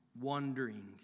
wandering